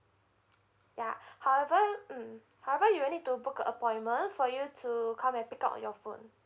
ya however mm however you'll need to book a appointment for you to come and pick up on your phone